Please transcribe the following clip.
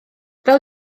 fel